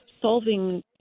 solving